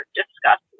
discuss